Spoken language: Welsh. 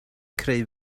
creu